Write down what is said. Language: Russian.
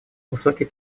высокий